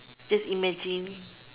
just imagine